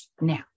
Now